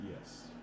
Yes